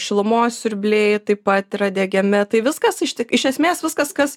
šilumos siurbliai taip pat yra diegiami tai viskas ištik iš esmės viskas kas